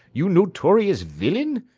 you notorious villain!